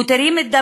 מתירים את דמנו,